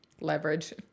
Leverage